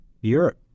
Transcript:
Europe